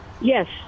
Yes